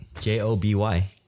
J-O-B-Y